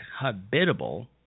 habitable